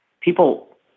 people